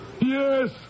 Yes